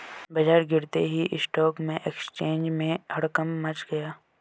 बाजार गिरते ही स्टॉक एक्सचेंज में हड़कंप मच गया